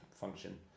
function